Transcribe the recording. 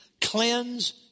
cleanse